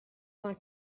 vingt